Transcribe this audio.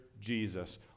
Jesus